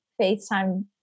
FaceTime